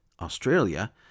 Australia